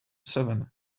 seven